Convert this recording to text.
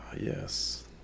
yes